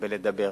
בדיבור